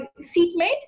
seatmate